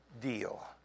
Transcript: deal